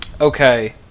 Okay